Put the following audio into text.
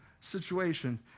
situation